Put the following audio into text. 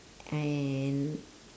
and